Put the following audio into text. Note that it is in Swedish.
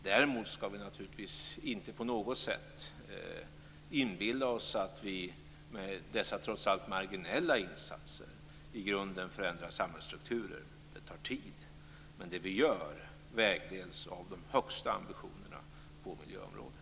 Däremot skall vi naturligtvis inte på något sätt inbilla oss att vi med dessa trots allt marginella insatser i grunden förändrar samhällsstrukturer. Det tar tid. Men det vi gör vägleds av de högsta ambitionerna på miljöområdet.